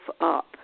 up